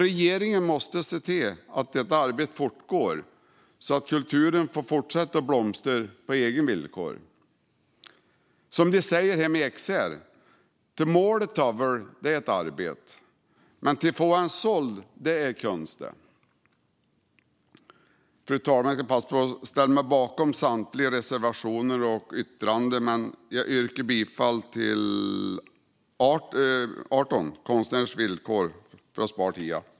Regeringen måste se till att detta arbete fortgår så att kulturen får fortsätta blomstra på egna villkor. Det är som de säger hemma i Exhärad: Te mål e tavvel ä ett arbet. Men te få hänn såld ä e könst. Fru talman! Jag ställer mig bakom samtliga av våra reservationer och särskilda yttranden, men för att spara tid yrkar jag bifall endast till reservation 18 om konstnärers villkor.